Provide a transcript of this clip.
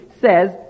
says